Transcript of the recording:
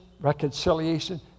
reconciliation